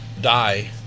die